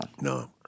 No